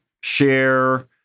share